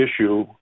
issue